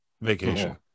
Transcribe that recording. vacation